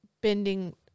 bending